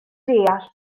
deall